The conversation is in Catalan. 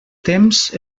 temps